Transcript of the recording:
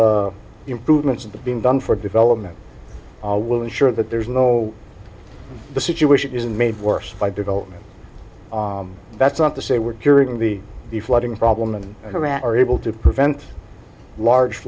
improvements in the been done for development will ensure that there's no the situation is made worse by development that's not to say we're curing the the flooding problem and are able to prevent large